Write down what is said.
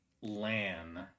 LAN